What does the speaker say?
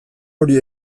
hori